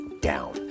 down